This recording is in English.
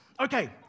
Okay